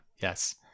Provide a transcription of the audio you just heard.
Yes